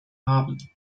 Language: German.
haben